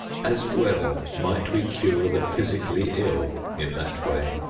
as well might we cure the physically ill in that way!